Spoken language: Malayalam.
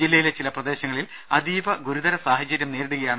ജില്ലയിലെ ചില പ്രദേശങ്ങളിൽ അതീവ ഗുരുതര സാഹചര്യം നേരിടുകയാണ്